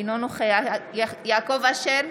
אינו נוכח יעקב אשר,